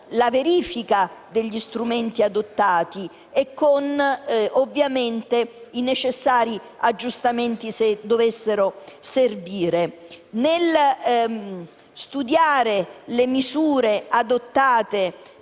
la verifica degli strumenti adottati e con i necessari aggiustamenti, se dovessero servire. Nello studiare le misure adottate